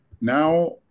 now